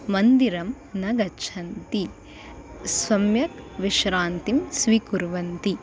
मन्दिरं न गच्छन्ति सम्यक् विश्रान्तिं स्वीकुर्वन्ति